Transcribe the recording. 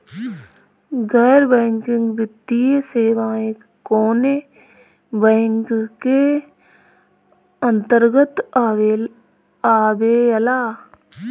गैर बैंकिंग वित्तीय सेवाएं कोने बैंक के अन्तरगत आवेअला?